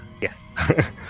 Yes